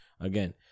Again